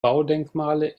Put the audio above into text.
baudenkmale